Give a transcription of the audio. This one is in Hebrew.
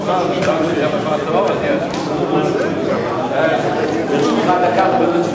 אני רוצה מהבמה.